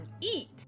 eat